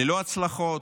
ללא הצלחות,